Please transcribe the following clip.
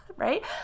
Right